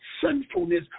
sinfulness